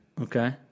Okay